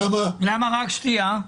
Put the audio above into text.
למה רק שתייה?